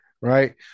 Right